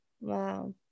Wow